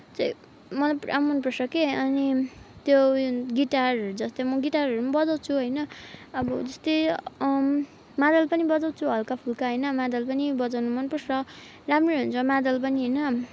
चाहिँ मलाई पुरा मनपर्छ के अनि त्यो गिटारहरू जस्तै म गिटारहरू पनि बजाउँछु होइन अब जस्तै मादल पनि बजाउँछु हल्काफुल्का होइन मादल पनि बजाउनु मनपर्छ राम्रो हुन्छ मादल पनि होइन